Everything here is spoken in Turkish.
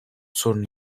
sorunu